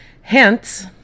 Hence